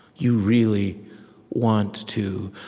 you really want to,